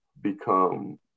become